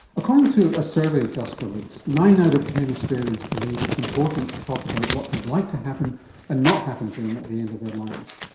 according to a survey just released, nine out of ten australians believe it's important to talk about what they'd like to happen and not happen to them at the end of their lives.